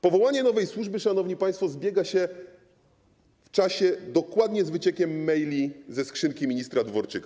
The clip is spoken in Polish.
Powołanie nowej służby, szanowni państwo, zbiega się w czasie dokładnie z wyciekiem maili ze skrzynki ministra Dworczyka.